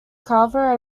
carver